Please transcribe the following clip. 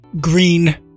green